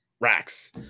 racks